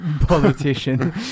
politician